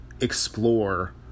explore